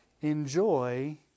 enjoy